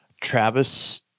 Travis